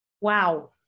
Wow